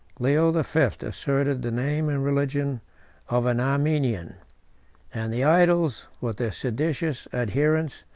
leo the fifth asserted the name and religion of an armenian and the idols, with their seditious adherents,